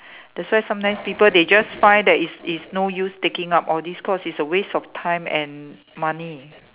that's why sometimes people they just find that is is no use taking up all these course it's a waste of time and money